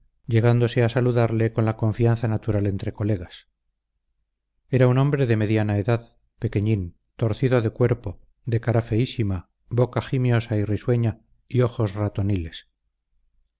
llegándose a saludarle con la confianza natural entre colegas era un hombre de mediana edad pequeñín torcido de cuerpo de cara feísima boca gimiosa y risueña y ojos ratoniles